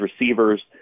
receivers